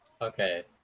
Okay